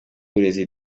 w’uburezi